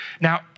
Now